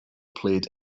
played